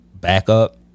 backup